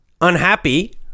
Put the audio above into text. unhappy